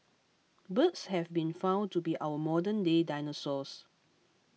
birds have been found to be our modernday dinosaurs